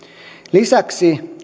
lisäksi